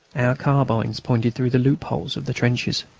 our carbines pointed through the loopholes of the trenches.